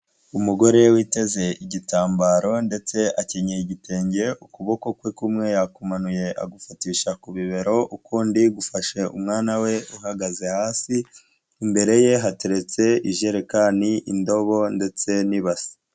Umugore witeze igitambaro ndetse akenye igitenge, ukuboko kwe kumwe yakumanuye agufatisha ku bibero ukundi gufashe umwana we uhagaze hasi, imbere ye hateretse ijerereka, indobo ndetse n'ibasa.